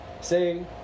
say